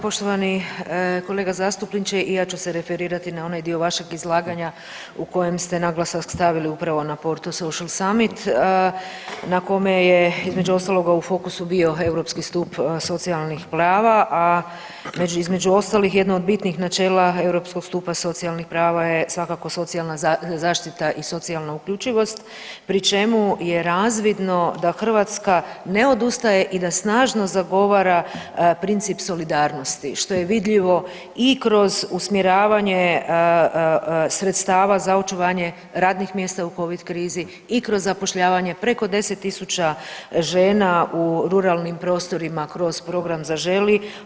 Poštovani kolega zastupniče, ja ću se referirati na onaj dio vašeg izlaganja u kojem ste naglasak stavili upravo na Porto Social Summit na kome je između ostaloga u fokusu bio europski stup socijalnih prava, a između ostalih jedno od bitnih načela europskog stupa socijalnih prava je svakako socijalna zaštita i socijalna uključivost pri čemu je razvidno da Hrvatska ne odustaje i da snažno zagovara princip solidarnosti što je vidljivo i kroz usmjeravanje sredstava za očuvanje radnih mjesta u covid krizi i kroz zapošljavanje preko 10 000 žena u ruralnim prostorima kroz program Zaželi.